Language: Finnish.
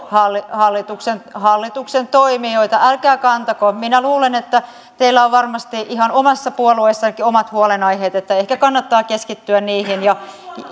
hallituksen hallituksen toimijoita älkää kantako minä luulen että teillä on varmasti ihan omassa puolueessannekin omat huolenaiheet ehkä kannattaa keskittyä niihin ja